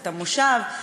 את המושב.